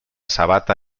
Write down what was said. sabata